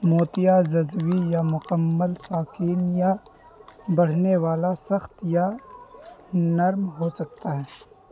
موتیا ززوی یا مکمل ساکن یا بڑھنے والا سخت یا نرم ہو سکتا ہے